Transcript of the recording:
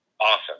Awesome